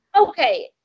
Okay